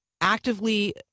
actively